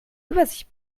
übersicht